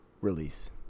Release